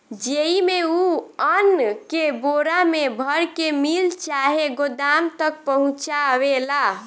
जेइमे, उ अन्न के बोरा मे भर के मिल चाहे गोदाम तक पहुचावेला